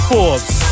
Forbes